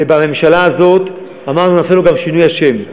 ובממשלה הזאת אמרנו: נעשה לו גם שינוי השם.